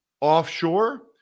offshore –